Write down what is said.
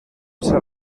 ser